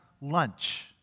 lunch